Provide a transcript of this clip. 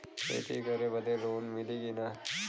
खेती करे बदे लोन मिली कि ना?